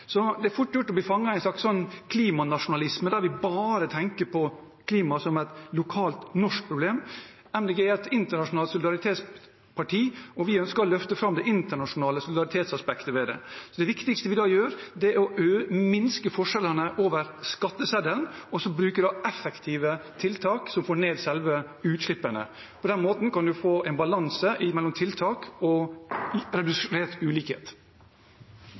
Det er fort gjort å bli fanget i en slags klimanasjonalisme der vi bare tenker på klima som et lokalt, norsk problem. Miljøpartiet De Grønne er et internasjonalt solidaritetsparti, og vi ønsker å løfte fram det internasjonale solidaritetsaspektet ved det. Det viktigste vi da gjør, er å minske forskjellene over skatteseddelen og bruke effektive tiltak som får ned selve utslippene. På den måten kan vi få en balanse mellom tiltak og redusert ulikhet.